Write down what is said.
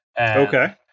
Okay